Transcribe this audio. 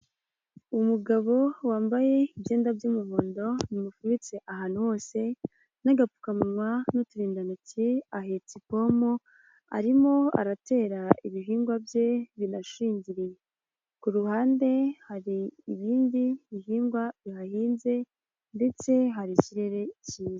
Umugabo wambaye ibyenda by'umuhondo bimufubitse ahantu hose n'agapfukamuwa n'uturindantoki ahetse ipombo arimo aratera ibihingwa bye binashingiriye, ku ruhande hari ibindi bihingwa bihahinze ndetse hari ikirere cyiza.